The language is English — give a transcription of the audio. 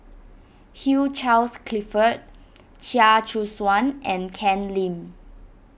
Hugh Charles Clifford Chia Choo Suan and Ken Lim